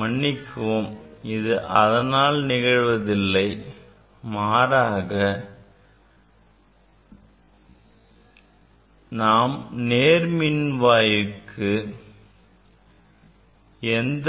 மன்னிக்கவும் இது அதனால் நிகழ்வதில்லை மாறாக நாம் நேர்மின்வாய்க்கு எந்த